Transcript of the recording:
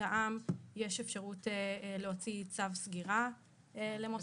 העם יש אפשרות להוציא צו סגירה למוסד כזה.